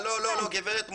גברת מונד,